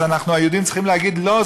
אז אנחנו היהודים צריכים להגיד: לא,